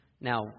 Now